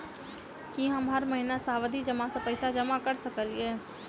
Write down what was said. की हम हर महीना सावधि जमा सँ पैसा जमा करऽ सकलिये?